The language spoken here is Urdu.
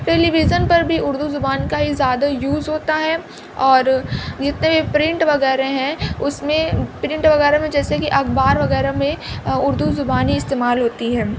ٹیلیویژن پر بھی اردو زبان کا ہی زیادہ یوز ہوتا ہے اور جتنے بھی پرنٹ وغیرہ ہیں اس میں پرنٹ وغیرہ میں جیسے کہ اخبار وغیرہ میں اردو زبان ہی استعمال ہوتی ہے